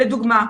לדוגמה,